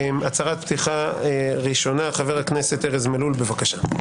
הצהרת פתיחה ראשונה חבר הכנסת ארז מלול, בבקשה.